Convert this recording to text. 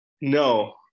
No